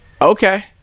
okay